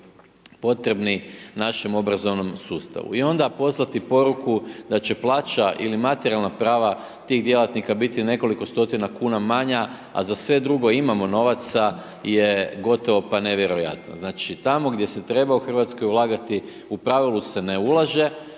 potrebni našem obrazovnom sustavu. I onda poslati poruku da će plaća ili materijalna prava tih djelatnika biti nekoliko stotina kuna manja, a za sve drugo imamo novaca, je pa gotovo nevjerojatno. Znači, tamo gdje se treba u RH ulagati u pravilu se ne ulaže,